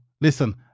listen